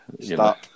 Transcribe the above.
Stop